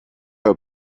all